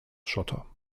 schotter